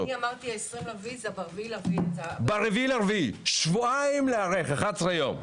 אמרתי 20.4. זה 4.4. 11 יום להיערך.